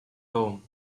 home